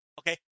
Okay